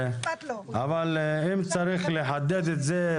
אבל אם צריך לחדד את זה,